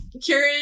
Kieran